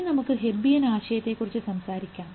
ഇനി നമുക്ക് ഹെബ്ബിയൻ ആശയത്തെക്കുറിച്ച് സംസാരിക്കാം